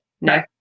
No